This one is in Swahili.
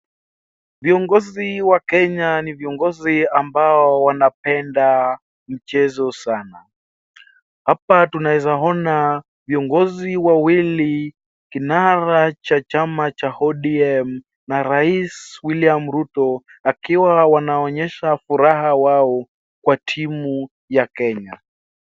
Viogozi wa kenya ni viongozi ambao wanapenda mchezo sana hapa tunaweza ona viongozi wawili kinara cha cha cha ODM na rais William Ruto akiwa wanaonyesha furaha wao kwa timu ya kenya.